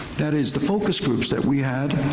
that is the focus groups that we had,